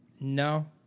No